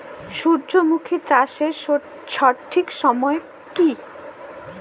সূর্যমুখী চাষের সঠিক সময় কি?